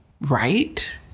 right